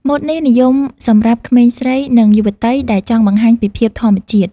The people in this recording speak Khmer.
ម៉ូតនេះនិយមសម្រាប់ក្មេងស្រី និងយុវតីដែលចង់បង្ហាញពីភាពធម្មជាតិ។